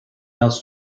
else